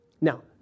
Now